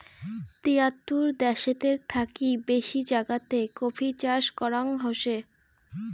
তিয়াত্তর দ্যাশেতের থাকি বেশি জাগাতে কফি চাষ করাঙ হসে